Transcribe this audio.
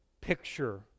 picture